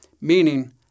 meaning